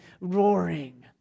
roaring